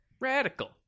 Radical